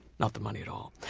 not the money at all.